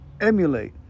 emulate